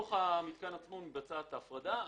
בתוך המתקן עצמו מתבצעת ההפרדה.